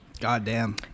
Goddamn